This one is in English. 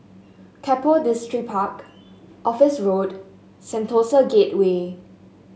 Keppel Distripark Office Road Sentosa Gateway